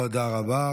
תודה רבה.